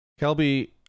Kelby